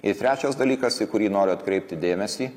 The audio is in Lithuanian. ir trečias dalykas į kurį noriu atkreipti dėmesį